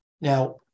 Now